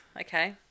Okay